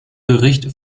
bericht